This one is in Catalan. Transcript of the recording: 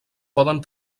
poden